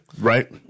right